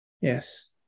Yes